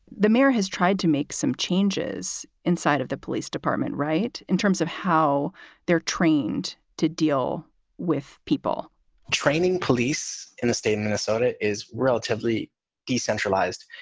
the mayor has tried to make some changes inside of the police department. right. in terms of how they're trained to deal with people training police in the state minnesota is relatively decentralized.